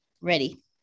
Ready